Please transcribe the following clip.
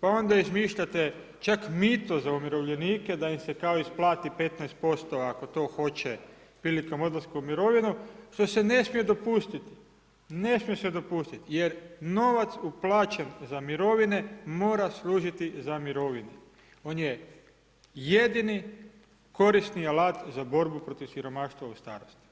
pa onda izmišljate čak mito za umirovljenike da im se kao isplati 15% ako to hoće prilikom odlaska u mirovinu što se ne smije dopustiti, ne smije se dopustit jer novac uplaćen za mirovine mora služiti za mirovine, on je jedini korisni alat za borbu protiv siromaštva u startu.